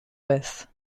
with